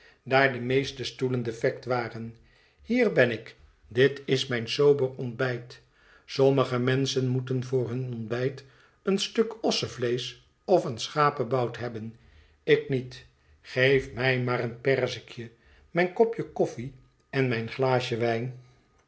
daar de meeste stoelen defect waren hier ben ik dit is mijn sober ontbijt sommige menschen moeten voor hun ontbijt een stuk ossevleesch of een schapebout hebben ik niet geef mij maar mijn perzikje mijn kopje koffie en mijn glaasje wijn